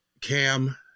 cam